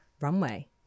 runway